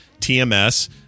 tms